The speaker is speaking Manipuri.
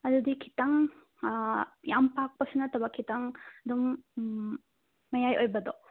ꯑꯗꯨꯗꯤ ꯈꯤꯇꯪ ꯌꯥꯝ ꯄꯥꯛꯄꯁꯨ ꯅꯠꯇꯕ ꯈꯤꯇꯪ ꯑꯗꯨꯝ ꯃꯌꯥꯏ ꯑꯣꯏꯕꯗꯣ